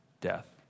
death